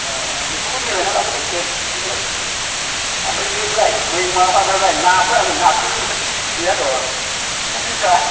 अ अ बेखौबो मिलायना लाबोगोन दे बिदिबालाय ओमफ्राय बेलाय माबाफ्रालाय नाफ्रा नाफोर गैयार' कबिफ्रा